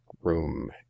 room